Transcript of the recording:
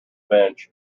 bench